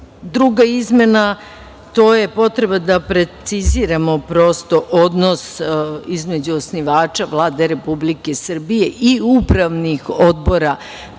izmena, to je potreba da preciziramo prosto odnos između osnivača Vlade Republike Srbije i upravnih odbora